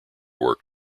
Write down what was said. work